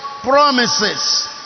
promises